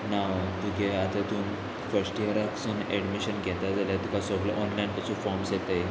नाव तुगे तितून फस्ट इयराकसून एडमिशन घेता जाल्यार तुका सोगलो ऑनलायन ताचो फॉर्म्स येताय